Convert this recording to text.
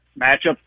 matchup